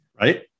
Right